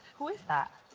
who is that?